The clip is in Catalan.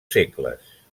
segles